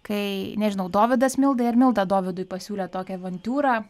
kai nežinau dovydas mildai ar milda dovydui pasiūlė tokią avantiūrą